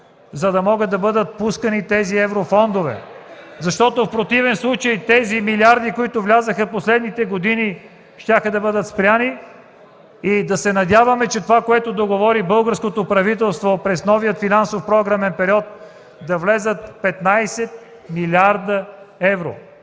за да могат да бъдат пускани тези еврофондове. Защото в противен случай тези милиарди, които влязоха през последните години, щяха да бъдат спрени. Да се надяваме, че това, което договори българското правителство през новия финансов програмен период – да влязат 15 млрд. евро,